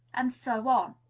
and so on.